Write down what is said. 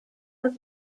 des